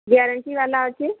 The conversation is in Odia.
ଗ୍ୟାରେଣ୍ଟି ଵାଲା ଅଛି